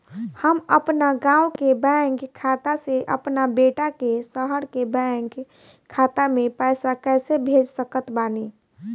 हम अपना गाँव के बैंक खाता से अपना बेटा के शहर के बैंक खाता मे पैसा कैसे भेज सकत बानी?